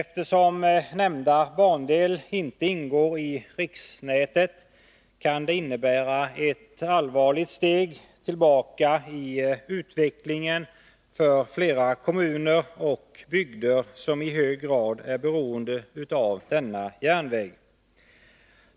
Att bandelen inte ingår i riksnätet kan innebära ett allvarligt steg tillbaka i utvecklingen för flera kommuner och bygder, som i hög grad är beroende av denna järnväg.